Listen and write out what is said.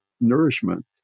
Nourishment